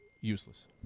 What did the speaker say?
useless